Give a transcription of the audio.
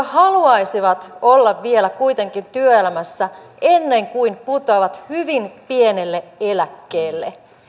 haluaisivat olla vielä kuitenkin työelämässä ennen kuin putoavat hyvin pienelle eläkkeelle